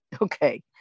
Okay